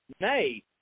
Nay